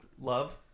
love